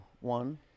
One